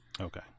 okay